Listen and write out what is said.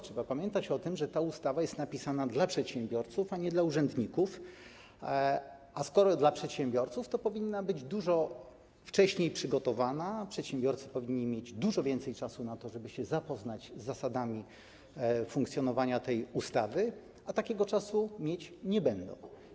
Trzeba pamiętać o tym, że ta ustawa została napisana dla przedsiębiorców, a nie dla urzędników, a skoro dla przedsiębiorców, to powinna być dużo wcześniej przygotowana, przedsiębiorcy powinni mieć dużo więcej czasu na to, żeby się zapoznać z zasadami funkcjonowania tej ustawy, a tego czasu mieć nie będą.